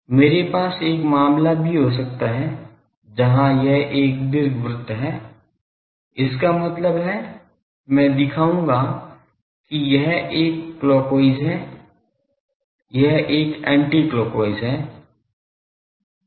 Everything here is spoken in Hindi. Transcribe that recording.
मेरे पास एक मामला भी हो सकता है जहाँ यह एक दीर्घवृत्त है इसका मतलब है मैं दिखाऊंगा कि यह एक क्लॉकवाइज है यह एक एंटीक्लॉकवाइज है